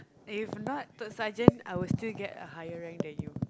if not third sergeant I will still get a higher rank than you